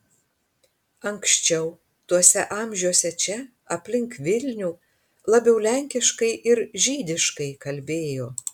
anksčiau tuose amžiuose čia aplink vilnių labiau lenkiškai ir žydiškai kalbėjo